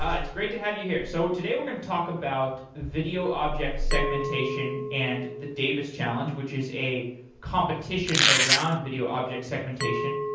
ah it's great to have you here. so today will talk about video object segmentation and the davis challenge, which is a competition around video object segmentation.